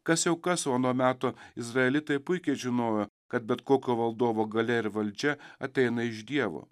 kas jau kas o ano meto izraelitai puikiai žinojo kad bet kokio valdovo galia ir valdžia ateina iš dievo